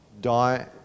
die